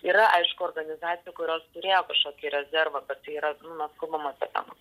yra aišku organizacijų kurios turėjo kažkokį rezervą bet tai yra nu mes kalbam apie ten